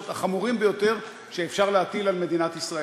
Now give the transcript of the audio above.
החמורים ביותר שאפשר להטיל על מדינת ישראל.